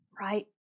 Right